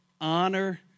honor